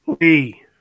Lee